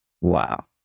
Wow